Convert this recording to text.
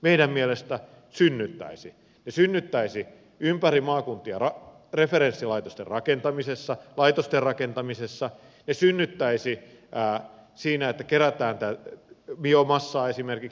meidän mielestämme se synnyttäisi työllisyyttä ympäri maakuntia laitosten rakentamisessa se synnyttäisi siinä että kerätään biomassaa esimerkiksi